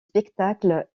spectacles